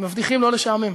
מבטיחים לא לשעמם.